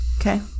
okay